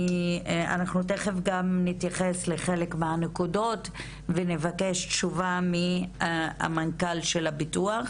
אנחנו תיכף גם נתייחס לחלק מהנקודות ונבקש תשובה מהמנכ"ל של הביטוח.